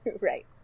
right